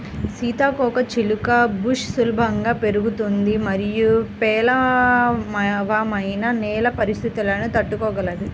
సీతాకోకచిలుక బుష్ సులభంగా పెరుగుతుంది మరియు పేలవమైన నేల పరిస్థితులను తట్టుకోగలదు